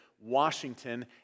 Washington